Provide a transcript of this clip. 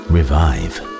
Revive